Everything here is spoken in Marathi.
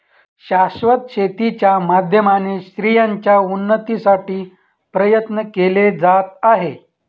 शाश्वत शेती च्या माध्यमाने स्त्रियांच्या उन्नतीसाठी प्रयत्न केले जात आहे